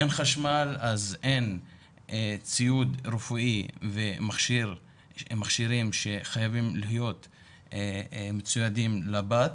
אין חשמל אז אין ציוד רפואי ומכשירים שחייבים להיות מצוידים לבת,